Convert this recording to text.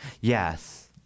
Yes